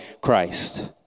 Christ